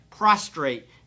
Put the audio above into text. Prostrate